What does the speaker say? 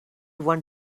want